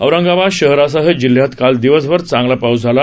औरंगाबाद शहरासह जिल्ह्यात काल दिवसभर चांगला पाऊस झाला